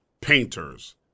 painters